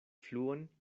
fluon